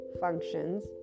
functions